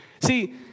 See